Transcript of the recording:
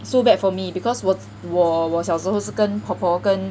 so bad for me because 我我小时候是跟婆婆跟